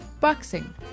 Boxing